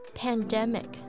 pandemic 。